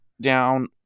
down